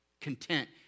content